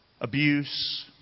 abuse